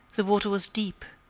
the water was deep,